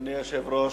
אדוני היושב-ראש,